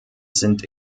sind